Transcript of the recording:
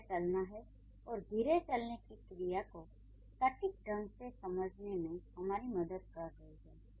क्रिया चलना है और 'धीरे' चलने की क्रिया को सटीक ढंग से समझने में हमारी मदद कर रही है